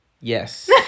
Yes